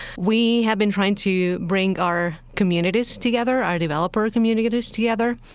we have been trying to bring our communities together, our developer communities together.